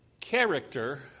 character